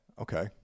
okay